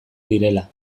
direla